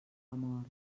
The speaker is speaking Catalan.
mort